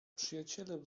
przyjaciele